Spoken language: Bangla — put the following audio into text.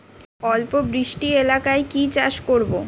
অল্প বৃষ্টি এলাকায় কি চাষ করব?